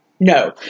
No